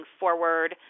forward